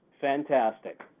fantastic